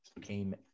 came